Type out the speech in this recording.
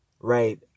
right